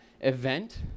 event